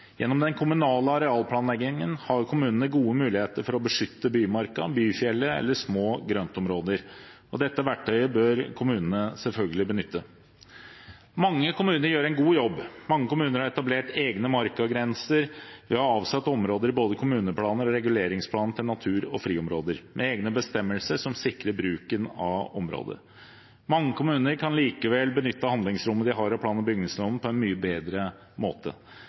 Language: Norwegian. Gjennom den kommunale arealplanleggingen har kommunene gode muligheter for å beskytte bymarka, byfjellet eller små grøntområder. Dette verktøyet bør kommunene selvfølgelig benytte. Mange kommuner gjør en god jobb. Mange kommuner har etablert egne markagrenser ved å ha avsatt områder i både kommuneplaner og reguleringsplaner til natur- og friområder, med egne bestemmelser som sikrer bruken av området. Mange kommuner kan likevel benytte handlingsrommet de har i plan- og bygningsloven, på en mye bedre måte.